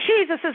Jesus